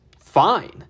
fine